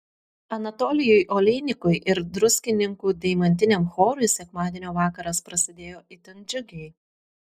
anatolijui oleinikui ir druskininkų deimantiniam chorui sekmadienio vakaras prasidėjo itin džiugiai